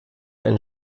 ein